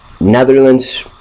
Netherlands